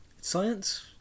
Science